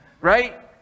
right